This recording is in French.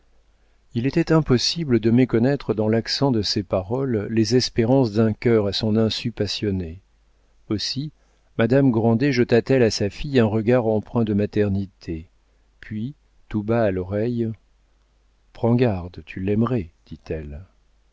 il était impossible de méconnaître dans l'accent de ces paroles les espérances d'un cœur à son insu passionné aussi madame grandet jeta t elle à sa fille un regard empreint de maternité puis tout bas à l'oreille prends garde tu l'aimerais dit-elle